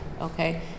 okay